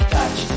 Touch